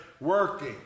working